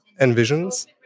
envisions